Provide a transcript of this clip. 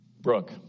Brooke